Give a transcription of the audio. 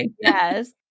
yes